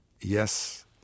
Yes